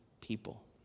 people